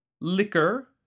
liquor